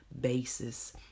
basis